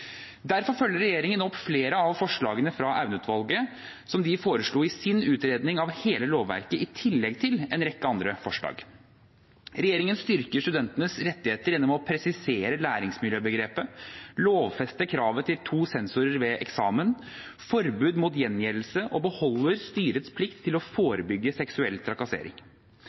Derfor følger regjeringen opp flere av forslagene som Aune-utvalget foreslo i sin utredning av hele lovverket, i tillegg til en rekke andre forslag. Regjeringen styrker studentenes rettigheter gjennom å presisere læringsmiljøbegrepet, lovfeste kravet til to sensorer ved eksamen, forbud mot gjengjeldelse og beholder styrets plikt til å forebygge seksuell trakassering.